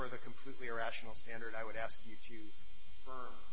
or the completely irrational standard i would ask you